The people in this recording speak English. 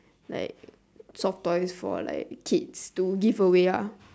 like soft toys for like kids to give away lah